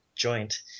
joint